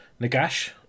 Nagash